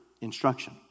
instruction